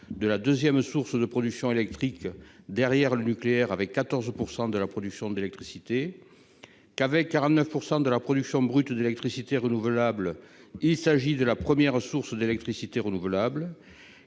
de la 2ème, source de production électrique derrière le nucléaire avec 14 % de la production d'électricité qu'avec 49 % de la production brute d'électricité renouvelable, il s'agit de la première source d'électricité renouvelable